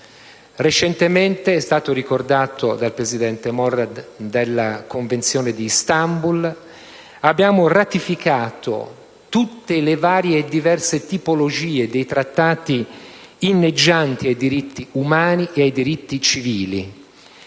recentemente, è stato ricordato dal presidente Morra, della Convenzione di Istanbul; abbiamo ratificato tutte le varie e diverse tipologie di trattati inneggianti ai diritti umani e ai diritti civili.